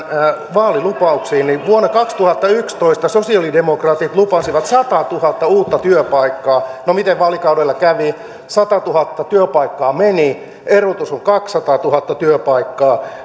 vaalilupauksiin niin vuonna kaksituhattayksitoista sosialidemokraatit lupasivat satatuhatta uutta työpaikkaa no miten vaalikaudella kävi satatuhatta työpaikkaa meni erotus on kaksisataatuhatta työpaikkaa